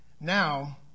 Now